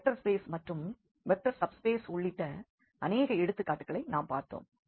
vector spaces மற்றும் vector subspaces உள்ளிட்ட அநேக எடுத்துக்காட்டுகளை நாம் பார்த்தோம்